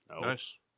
Nice